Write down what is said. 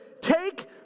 take